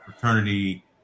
fraternity